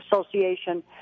Association